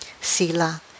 sila